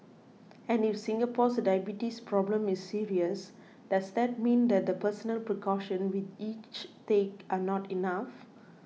and if Singapore's diabetes problem is serious does that mean that the personal precautions we each take are not enough